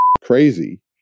crazy